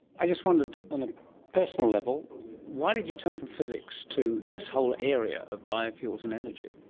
i just wondered on a personal level why did you turn from physics to this whole area of biofuels and energy?